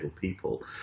people